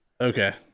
Okay